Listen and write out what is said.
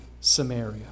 Samaria